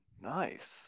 nice